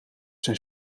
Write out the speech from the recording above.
zijn